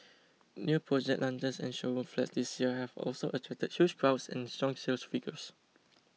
new project launches and showroom flats this year have also attracted huge crowds and strong sales figures